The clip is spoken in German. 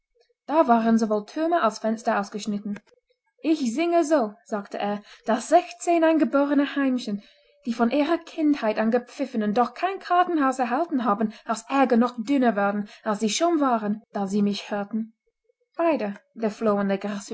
da waren sowohl türme als fenster ausgeschnitten ich singe so sagte er daß sechzehn eingeborene heimchen die von ihrer kindheit an gepfiffen und doch kein kartenhaus erhalten haben aus ärger noch dünner wurden als sie schon waren da sie mich hörten beide der floh und der